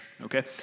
Okay